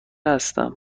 هستم